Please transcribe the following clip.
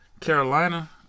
Carolina